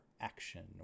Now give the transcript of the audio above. action